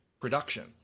production